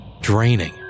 Draining